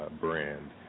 brand